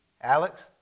Alex